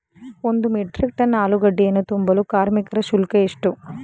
ಒಂದು metric ton ಆಲೂಗೆಡ್ಡೆಯನ್ನು ತುಂಬಲು ಕಾರ್ಮಿಕರ ಶುಲ್ಕ ಎಷ್ಟು?